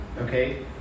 Okay